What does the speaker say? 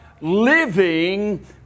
living